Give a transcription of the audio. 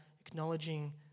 acknowledging